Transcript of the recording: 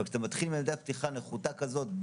אבל כשאתה מתחיל מעמדת פתיחה נחותה כזאת,